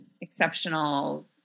exceptional